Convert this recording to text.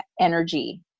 energy